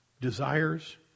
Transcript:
desires